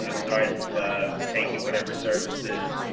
and start taking whatever services.